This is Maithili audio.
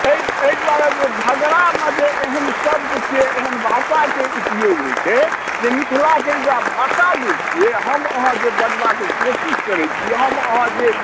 एहि एहि दुआरे जे ओ झगड़ामे जे एहन शब्दके एहन भाषाके उपयोग होयत छै जे मिथिलाके भाषा जे छियै हम अहाँ जे बजबाके कोशिश करैत छियै हम अहाँ जे